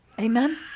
Amen